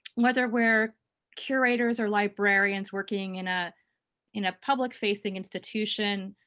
whether we're curators or librarians working in a in a public-facing institution